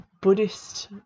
buddhist